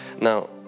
Now